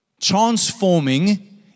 Transforming